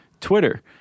Twitter